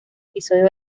episodio